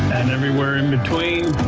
and everywhere in between.